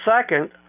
second